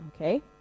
okay